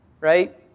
right